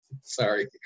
Sorry